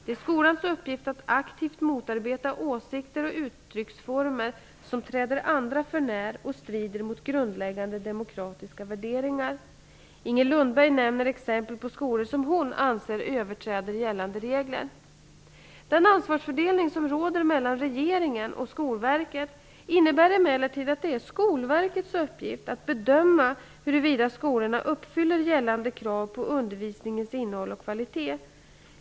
Det är skolans uppgift att aktivt motarbeta åsikter och uttrycksformer som träder andra förnär och strider mot grundläggande demokratiska värderingar. Inger Lundberg nämner exempel på skolor som hon anser överträder gällande regler. Den ansvarsfördelning som råder mellan regeringen och Skolverket innebär emellertid att det är Skolverkets uppgift att bedöma huruvida skolorna uppfyller gällande krav på undervisningens innehåll och kvalitet.